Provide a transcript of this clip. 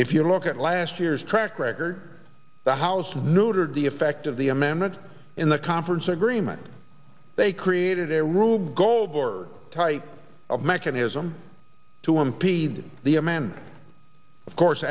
if you look at last year's track record the house was neutered the effect of the amendment in the conference agreement they created a rube goldberg type of mechanism to impede the amanda of course